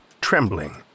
trembling